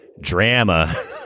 drama